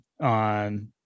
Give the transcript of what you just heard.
on